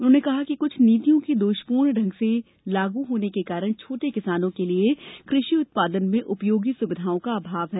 उन्होंने कहा कि कुछ नीतियों के दोषपूर्ण ढंग से लागू करने के कारण छोटे किसानों के लिए कृषि उत्पादन में उपयोगी सुविधाओं का अभाव है